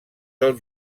del